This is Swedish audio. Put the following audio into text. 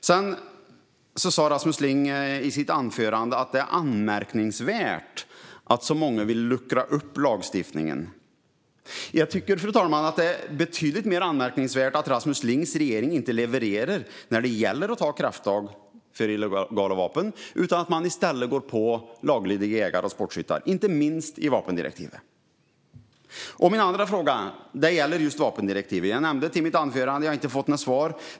Rasmus Ling sa också i sitt anförande att det är anmärkningsvärt att så många vill luckra upp lagstiftningen. Jag tycker, fru talman, att det är betydligt mer anmärkningsvärt att Rasmus Lings regering inte levererar när det gäller att ta krafttag mot illegala vapen utan i stället går på laglydiga jägare och sportskyttar, inte minst i vapendirektivet. Min andra fråga gäller just vapendirektivet. Jag nämnde den i mitt anförande men fick inget svar.